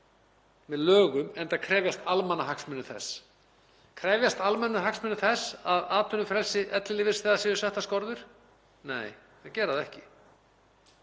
með lögum enda krefjist almannahagsmunir þess. Krefjast almannahagsmunir þess að atvinnufrelsi ellilífeyrisþega séu settar skorður? Nei, þeir gera það ekki.